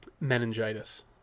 meningitis